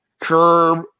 curb